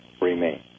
remain